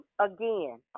again